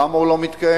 למה הוא לא מתקיים?